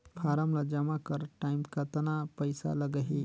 Form ला जमा करत टाइम कतना पइसा लगही?